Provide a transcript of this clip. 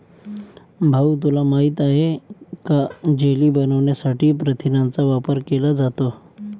भाऊ तुला माहित आहे का जेली बनवण्यासाठी प्रथिनांचा वापर केला जातो